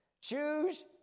Choose